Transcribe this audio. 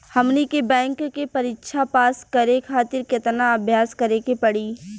हमनी के बैंक के परीक्षा पास करे खातिर केतना अभ्यास करे के पड़ी?